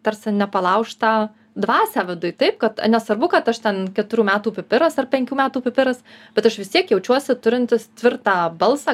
tarsi nepalaužtą dvasią viduj tai kad nesvarbu kad aš ten keturių metų pipiras ar penkių metų pipiras bet aš vis tiek jaučiuosi turintis tvirtą balsą